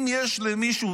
אם יש למישהו